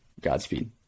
Godspeed